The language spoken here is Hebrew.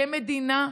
כמדינה,